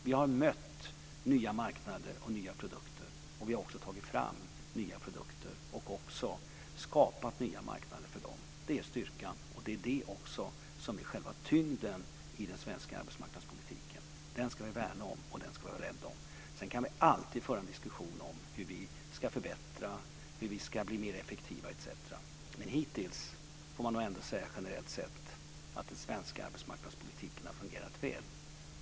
Vi har mött nya marknader och nya produkter, och vi har också tagit fram nya produkter och även skapat nya marknader för dem. Det är styrkan, och det är också det som är själva tyngden i den svenska arbetsmarknadspolitiken. Den ska vi värna om, och den ska vi vara rädda om. Sedan kan vi alltid föra en diskussion om hur vi ska förbättra och hur vi ska bli mer effektiva, etc. Men hittills får man nog generellt sett säga att den svenska arbetsmarknadspolitiken har fungerat väl.